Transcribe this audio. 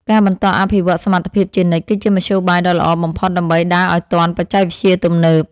ការបន្តអភិវឌ្ឍសមត្ថភាពជានិច្ចគឺជាមធ្យោបាយដ៏ល្អបំផុតដើម្បីដើរឱ្យទាន់បច្ចេកវិទ្យាទំនើប។